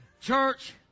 Church